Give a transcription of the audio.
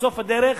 בסוף הדרך